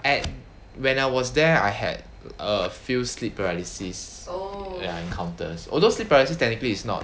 and when I was there I had a few sleep paralysis ya encounters although sleep paralysis technically it's not